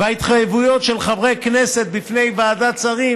וההתחייבויות של חברי כנסת בפני ועדת שרים